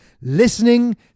Listening